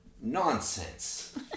nonsense